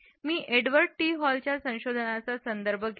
मी Edward T हॉलच्या संशोधनांचा संदर्भ घेईन